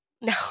No